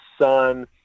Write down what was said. son